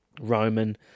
Roman